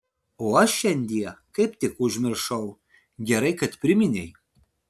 o aš šiandie kaip tik užmiršau gerai kad priminei